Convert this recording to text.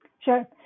sure